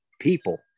people